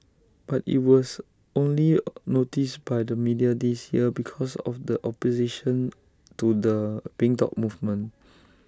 but IT was only noticed by the media this year because of the opposition to the pink dot movement